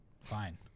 Fine